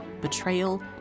betrayal